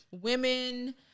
women